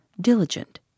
diligent